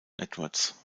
edwards